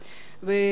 כמו כן,